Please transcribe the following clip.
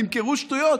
תמכרו שטויות.